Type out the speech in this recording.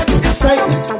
excitement